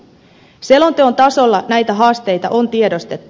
selonteon tasolla näitä haasteita on tiedostettu